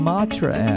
Matra